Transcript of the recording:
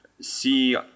see